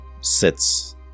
sits